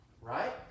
Right